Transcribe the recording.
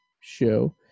show